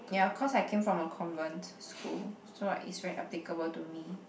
yeah cause I came from a convent school so like it's very applicable to me